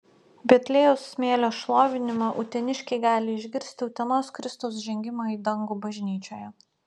betliejaus smėlio šlovinimą uteniškiai gali išgirsti utenos kristaus žengimo į dangų bažnyčioje